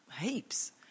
heaps